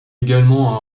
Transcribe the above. également